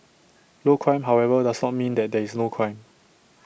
low crime however does not mean that there is no crime